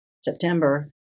September